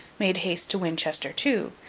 made haste to winchester too,